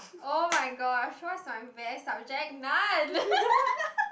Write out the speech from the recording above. oh-my-gosh what's my best subject none